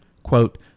Quote